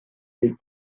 des